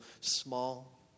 small